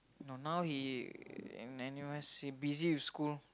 no now he in N_U_S he busy with school